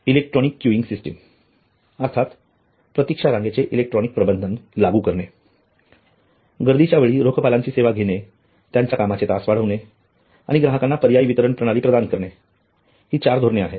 electronic queuing system अर्थात प्रतीक्षा रांगेचे इलेक्ट्रॉनिक प्रबंधन लागू करणे गर्दीच्या वेळी अधिक रेखापालांची सेवा घेणे त्यांच्या कामाचे तास वाढविणे आणि ग्राहकांना पर्यायी वितरण प्रणाली प्रदान करणे हि चार धोरणे आहेत